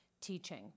teaching